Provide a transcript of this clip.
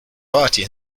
party